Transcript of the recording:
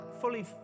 fully